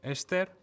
Esther